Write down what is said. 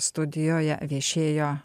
studijoje viešėjo